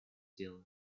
дело